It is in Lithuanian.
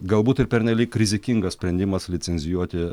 galbūt ir pernelyg rizikingas sprendimas licencijuoti